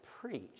preach